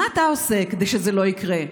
מה אתה עושה כדי שזה לא יקרה?